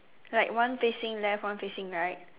like one facing left one facing right